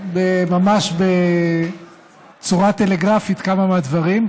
ממש בצורה טלגרפית כמה מהדברים,